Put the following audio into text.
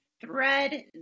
thread